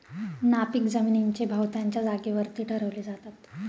नापीक जमिनींचे भाव त्यांच्या जागेवरती ठरवले जातात